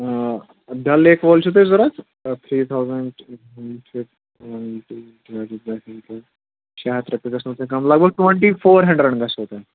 Dal lake وول چھُو تۄہہِ ضوٚرَتھ تھرٛی تھاوزَنٛڈ شےٚ ہتھ رۄپیہِ گژھو تۄہہِ کَم لگ بگ ٹُوَنٹی فور ہنٛڈرنٛڈ گَژھو تۄہہِ